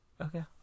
Okay